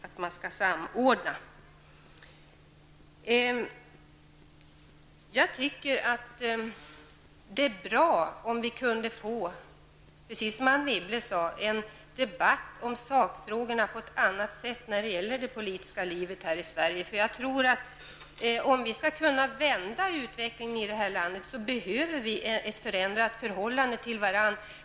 Precis som Anne Wibble tycker jag att det vore bra om debatten om sakfrågorna i det politiska livet här i Sverige kunde föras på ett annat sätt. Om vi skall kunna vända utvecklingen här i landet behöver vi enligt min uppfattning en förändring av förhållandet till varandra.